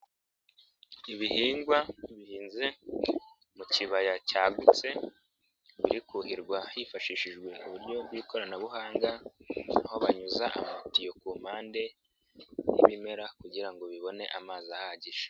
Ibihingwa bihinze mu kibaya cyagutse birikuhirwa hifashishijwe uburyo bw'ikoranabuhanga aho banyuza amatiyo ku mpande y'ibimera kugira ngo bibone amazi ahagije.